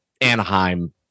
Anaheim